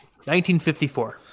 1954